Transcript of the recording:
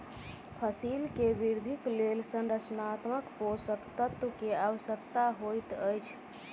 फसिल के वृद्धिक लेल संरचनात्मक पोषक तत्व के आवश्यकता होइत अछि